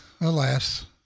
alas